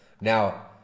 Now